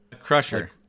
Crusher